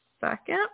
second